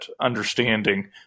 understanding